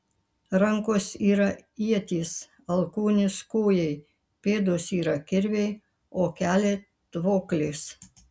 rankos yra ietys alkūnės kūjai pėdos yra kirviai o keliai tvoklės